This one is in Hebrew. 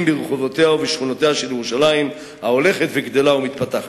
ברחובותיה ובשכונותיה של ירושלים ההולכת וגדלה ומתפתחת.